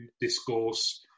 discourse